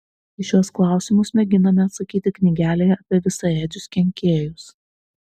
į šiuos klausimus mėginame atsakyti knygelėje apie visaėdžius kenkėjus